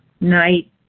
night